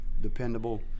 dependable